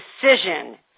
decision